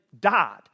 died